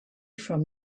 from